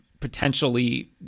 potentially